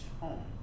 home